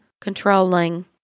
controlling